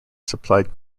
supplied